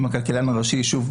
עם הכלכלן הראשי שוב,